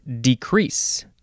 decrease